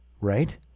right